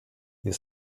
you